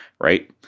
right